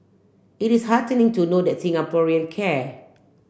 it is heartening to know that Singaporean care